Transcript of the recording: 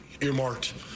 earmarked